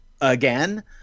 again